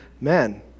men